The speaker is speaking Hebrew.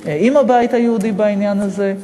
עם הבית היהודי בעניין הזה,